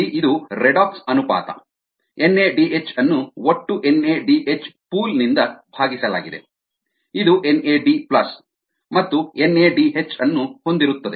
ಇಲ್ಲಿ ಇದು ರೆಡಾಕ್ಸ್ ಅನುಪಾತ ಎನ್ಎಡಿಎಚ್ ಅನ್ನು ಒಟ್ಟು ಎನ್ಎಡಿಎಚ್ ಪೂಲ್ನಿಂದ ಭಾಗಿಸಲಾಗಿದೆ ಇದು ಎನ್ಎಡಿ ಪ್ಲಸ್ ಮತ್ತು ಎನ್ಎಡಿಎಚ್ ಅನ್ನು ಹೊಂದಿರುತ್ತದೆ